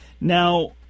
Now